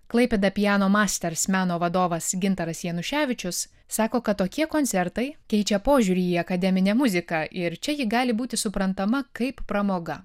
klaipėda piano masters meno vadovas gintaras januševičius sako kad tokie koncertai keičia požiūrį į akademinę muziką ir čia ji gali būti suprantama kaip pramoga